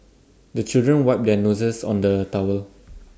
the children wipe their noses on the towel